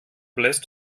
bläst